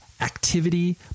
activity